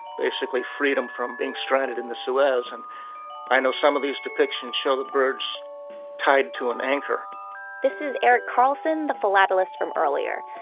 basically, freedom from being stranded in the suez and i some of these depictions show the birds tied to an anchor this is eric carlson, the philatelist from earlier.